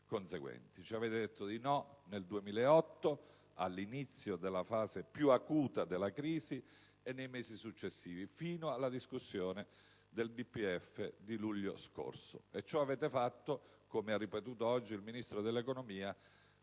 Ci avete detto di no nel 2008, all'inizio della fase più acuta della crisi, e nei mesi successivi, fino alla discussione del DPEF di luglio scorso. Ciò lo avete fatto, come ha ripetuto oggi il Ministro dell'economia